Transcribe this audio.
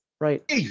right